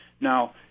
Now